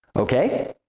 okay?